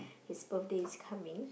his birthday is coming